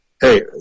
Hey